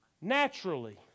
naturally